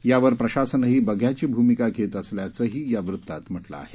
यावर प्रशासनही बघ्याची भूमिका घेत असल्याचंही या वृत्तात म्हटलं आहे